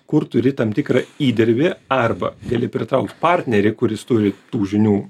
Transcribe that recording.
kur turi tam tikrą įdirbį arba gali pritraukt partnerį kuris turi tų žinių